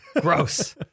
Gross